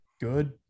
good